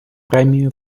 премію